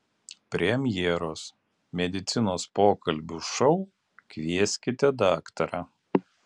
premjeros medicinos pokalbių šou kvieskite daktarą